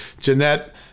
Jeanette